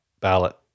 ballot